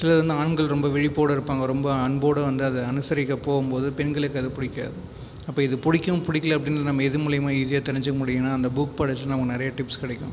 சிலர் வந்து ஆண்கள் ரொம்ப விழிப்போடு இருப்பாங்க ரொம்ப அன்போடு வந்து அதை அனுசரிக்க போகும்போது பெண்களுக்கு அது பிடிக்காது அப்போ இது பிடிக்கும் பிடிக்கலை அப்படின்னு நம்ம எது மூலிமா ஈஸியாக தெரிஞ்சுக்க முடியும்னால் அந்த புக் படித்தா நமக்கு நிறைய டிப்ஸ் கிடைக்கும்